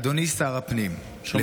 אדוני שר הפנים, שומעים.